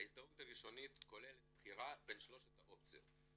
ההזדהות הראשונית כוללת בחירה בין שלושת האופציות: